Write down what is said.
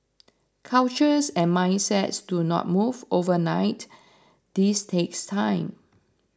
cultures and mindsets do not move overnight this takes time